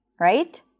Right